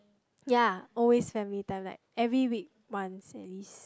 ya always family time like every week once at least